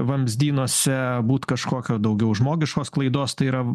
vamzdynuose būt kažkokio daugiau žmogiškos klaidos tai yra